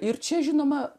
ir čia žinoma